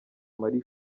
marie